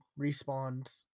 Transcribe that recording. respawns